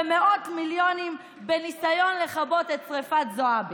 במאות מיליונים בניסיון לכבות את שרפת זועבי.